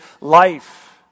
life